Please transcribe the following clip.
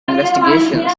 investigations